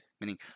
meaning